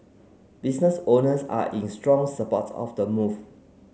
business owners are in strong support of the move